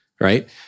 right